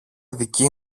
δική